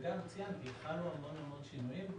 ציינתי שהתחלנו המון שינויים,